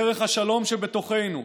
דרך השלום שבתוכנו,